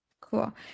Cool